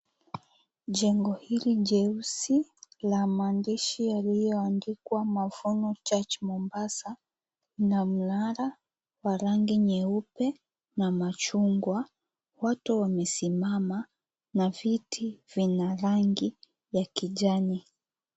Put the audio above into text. Jengo hili jeusi la maandishi yalioandikwa, Mavono Church, Mombasa na mnara wa rangi nyeupe na machungwa watu wamesimama na viti vina rangi ya kijani